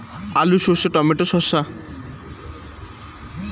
আলু সর্ষে টমেটো শসা